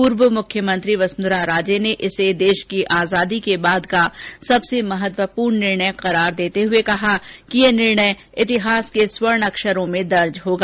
पूर्व मुख्यमंत्री वसुंधरा राजे ने इसे देश की आजादी के बाद का सबसे महत्वपूर्ण निर्णय करार देते हुए कहा है कि यह निर्णय इतिहास के स्वर्ण अक्षरों में दर्ज होगा